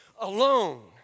alone